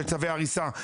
של צווי הריסה.